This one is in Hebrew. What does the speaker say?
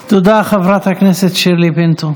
תודה, חברת הכנסת שירלי פינטו.